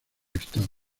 estado